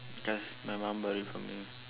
because my mum bought it for me